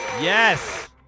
Yes